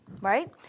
right